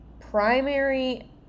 primary